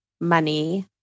money